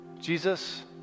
Jesus